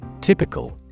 Typical